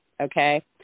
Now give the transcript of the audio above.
Okay